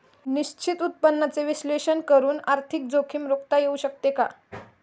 निश्चित उत्पन्नाचे विश्लेषण करून आर्थिक जोखीम रोखता येऊ शकते का?